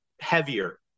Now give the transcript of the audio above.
heavier